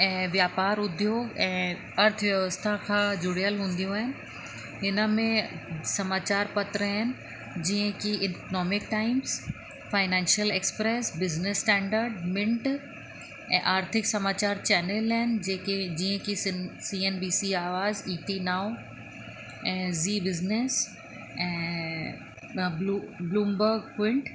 ऐं वापार उद्योग ऐं अर्थव्यवस्था खां जुड़ियल हुंदियूं आहिनि हिन में समाचारु पत्र आहिनि जीअं कि Economic Times Financial Express Business Standard Mint ऐं आर्थिक समाचारु चैनल आहिनि जेके जीअं कि सिं C N B C Awaaz E T now ऐं ज़ी बिज़िनिस ऐं ब्लू ब्लूबंग क्विंट